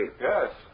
Yes